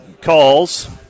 calls